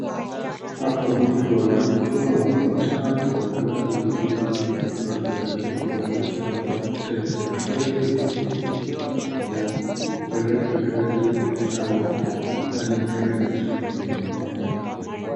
Hapa mtu anawekewa mafuta kwa gari ili anze safari yake kumaanisha mafuta ya petroli ndiyo hupeleka gari ama hufanya gari ikimbie.